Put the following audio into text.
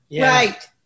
Right